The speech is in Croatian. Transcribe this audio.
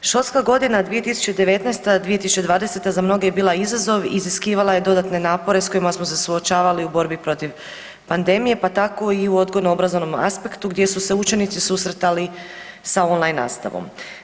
Školska godina 2019./2020. za mnoge je bila izazov, iziskivala je dodatne napore sa kojima smo se suočavali u borbi protiv pandemije, pa tako i u odgojno-obrazovnom aspektu gdje su se učenici susretali sa on-line nastavom.